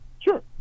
Sure